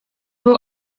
był